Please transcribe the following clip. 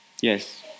Yes